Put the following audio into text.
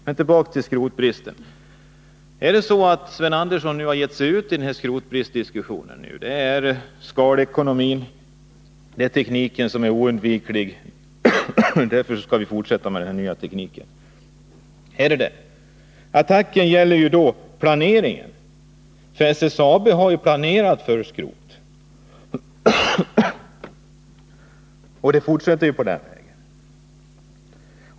Men tillbaka till skrotbristen. Sven Andersson har nu gett sig ut i skrotbristsdiskussionen och talar om skalekonomin och den nya tekniken, som är oundviklig. Attacken gäller då planeringen —- SSAB har ju planerat för skrot.